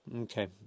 Okay